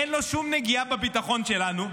אין לו שום נגיעה לביטחון שלנו,